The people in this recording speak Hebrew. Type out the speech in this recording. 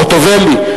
חוטובלי.